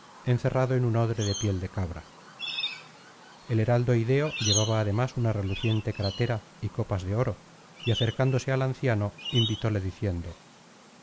encerrado en un odre de piel de cabra el heraldo ideo llevaba además una reluciente crátera y copas de oro y acercándose al anciano invitóle diciendo